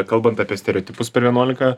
kalbant apie stereotipus per vienuolika